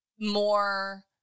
more